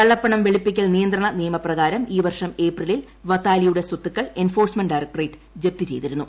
കള്ളപ്പണം വെളുപ്പിക്കൽ നിയന്ത്രണ നിയമപ്രകാരം ഈ വർഷം ഏപ്രിലിൽ വതാലിയുടെ സ്വത്തുക്കൾ എൻഫോഴ്സ്മെന്റ് ഡയറക്ടറേറ്റ് ജപ്തി ചെയ്തിരുന്നു